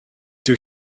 dyw